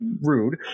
rude